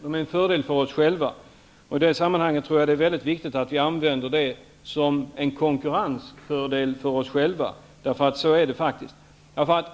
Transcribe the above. De är till fördel för oss själva, och i det sammanhanget tror jag att det är väldigt viktigt att vi använder bestämmelserna som en konkurrensfördel för oss själva.